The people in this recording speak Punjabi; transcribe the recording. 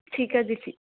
ਠੀਕ ਹੈ ਜੀ ਠੀ